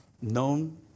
Known